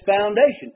foundation